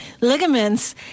ligaments